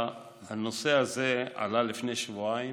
הנושא הזה עלה לפני שבועיים,